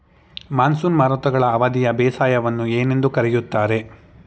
Monsoon ಮಾರುತಗಳ ಅವಧಿಯ ಬೇಸಾಯವನ್ನು ಏನೆಂದು ಕರೆಯುತ್ತಾರೆ?